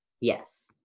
Yes